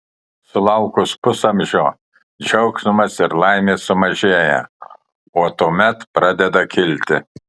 sulaukus pusamžio džiaugsmas ir laimė sumažėja o tuomet pradeda kilti